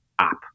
app